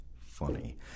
funny